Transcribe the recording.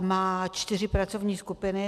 Má čtyři pracovní skupiny.